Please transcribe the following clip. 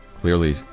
Clearly